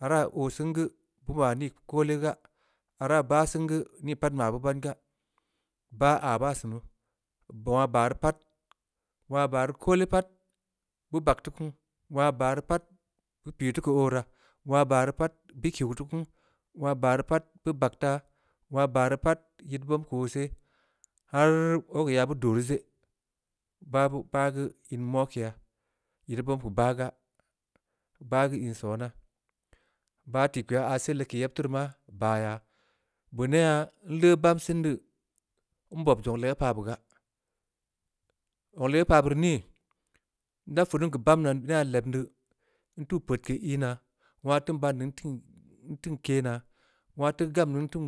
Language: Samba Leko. Araa oo sen geu, beu ma nii geu koole gaa, araa bah sen geu, nii pat maa beu ban gaa, bah aah baa sunu, wong aah baa rii pat, wong aah baa rii koole pat, beu bag teu kunu, wong aah baa rii pat, beu pii teu keu oo raa. wong aah baa rii pat, beu kiuw teu kunu, wong aah baa rii pat, beu bag taa, harr! Abu ko ya beu dooh teu je. babeu bah geu, in mokeya. yid ii bm keu bah gaa, ba geu in sona, bah tikpengha seeh leg keu yeb taa rii maa. baa yaa. beu neyha nleu bahm sen dii, nbob zong legeu pah be gaa, zong legue pah be gaa. zong legue pah beh nii, nda fudin keu bahm da, neyha lebn dii, nteuw peudke inaa. wong aah teun baan dii nteun kenaa, wongha teun gam dii nteun